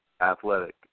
athletic